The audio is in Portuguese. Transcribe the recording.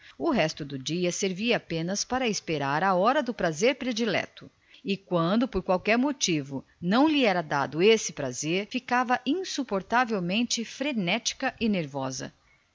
o resto do tempo servia apenas para esperar a hora do prazer querido e quando por qualquer motivo não podia realizá-lo ficava insuportavelmente frenética e nervosa